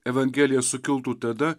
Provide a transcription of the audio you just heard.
evangelija sukiltų tada